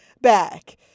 back